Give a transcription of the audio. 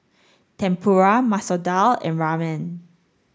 Tempura Masoor Dal and Ramen